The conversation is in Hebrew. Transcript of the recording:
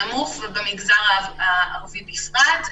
ובמגזר הערבי בפרט,